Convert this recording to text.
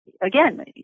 again